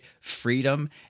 freedom